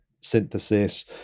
synthesis